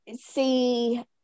see